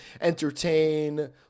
entertain